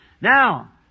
now